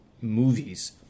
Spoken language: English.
movies